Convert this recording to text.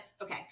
okay